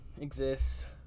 exists